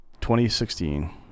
2016